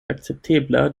akceptebla